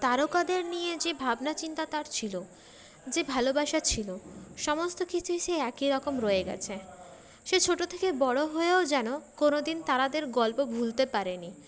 তারকাদের নিয়ে যে ভাবনাচিন্তা তার ছিল যে ভালোবাসা ছিল সমস্ত কিছুই সেই একইরকম রয়ে গেছে সে ছোটো থেকে বড়ো হয়েও যেন কোনওদিন তারাদের গল্প ভুলতে পারেনি